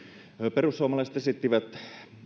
perussuomalaiset esittivät